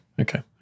okay